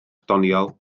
doniol